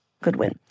Goodwin